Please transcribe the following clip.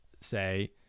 say